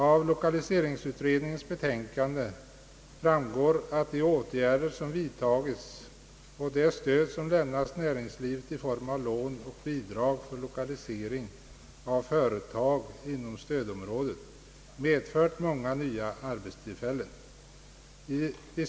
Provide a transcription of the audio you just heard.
Av lokaliseringsutredningens betänkande framgår att de åtgärder som vidtagits och det stöd som lämnats näringslivet i form av lån och bidrag för lokalisering av företag inom stödområdet medfört många nya arbetstillfällen.